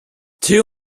two